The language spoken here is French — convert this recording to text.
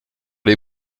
les